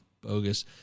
Bogus